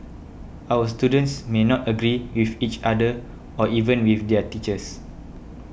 our students may not agree with each other or even with their teachers